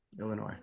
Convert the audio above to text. Illinois